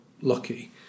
lucky